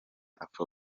afro